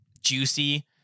juicy